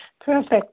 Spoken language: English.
Perfect